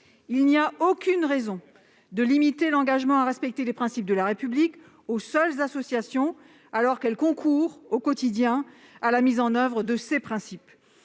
Il n'y a aucune raison de limiter l'engagement à respecter les principes de la République aux seules associations, alors qu'elles concourent, au quotidien, à leur mise en oeuvre. Aussi